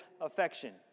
affection